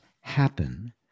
happen